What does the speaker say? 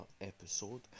episode